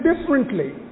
differently